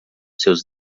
seus